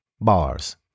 bars